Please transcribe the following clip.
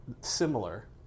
similar